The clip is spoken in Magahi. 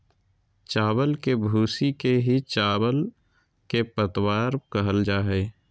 चावल के भूसी के ही चावल के पतवार कहल जा हई